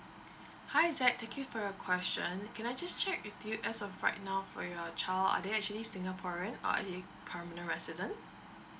hi zack thank you for your question can I just check with you as of right now for your child are they actually singaporean or are they permanent resident